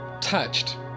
touched